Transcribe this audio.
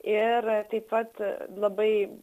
ir taip pat labai